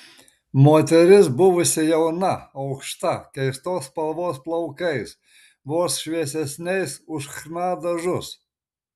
moteris buvusi jauna aukšta keistos spalvos plaukais vos šviesesniais už chna dažus